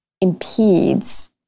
impedes